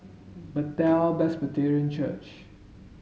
Bethel Presbyterian Church